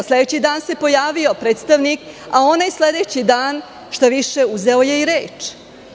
Sledeći dan se pojavio predstavnik, a onaj sledeći dan, šta više, uzeo je i reč.